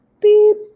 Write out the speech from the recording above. beep